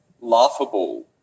laughable